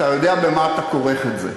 אתה יודע במה אתה כורך את זה.